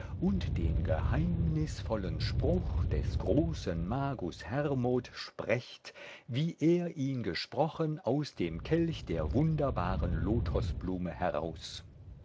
den geheimnisvollen spruch des großen magus hermod sprecht wie er ihn gesprochen aus dem kelch der wunderbaren lotosblume heraus